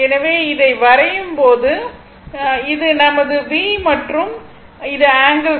எனவே இதை வரையும் போது போது இது நமது V மற்றும் இது ஆங்கிள் ϕ